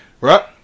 right